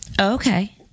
okay